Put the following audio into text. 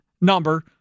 number